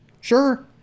sure